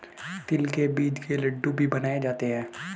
तिल के बीज के लड्डू भी बनाए जाते हैं